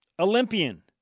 Olympian